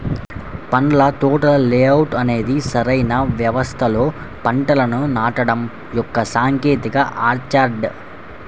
పండ్ల తోటల లేఅవుట్ అనేది సరైన వ్యవస్థలో పంటలను నాటడం యొక్క సాంకేతికత ఆర్చర్డ్